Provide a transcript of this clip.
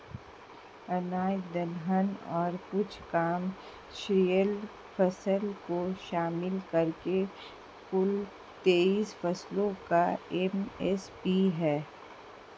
अनाज दलहन और कुछ कमर्शियल फसल को शामिल करके कुल तेईस फसलों का एम.एस.पी है